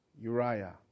Uriah